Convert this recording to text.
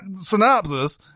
synopsis